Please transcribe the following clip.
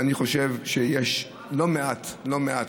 ואני חושב שיש לא מעט, לא מעט.